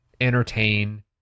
entertain